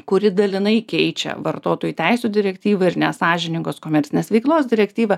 kuri dalinai keičia vartotojų teisių direktyvą ir nesąžiningos komercinės veiklos direktyvą